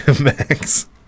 Max